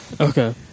Okay